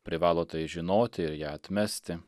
privalo tai žinoti ir ją atmesti